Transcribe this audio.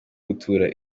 gutura